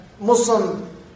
Muslim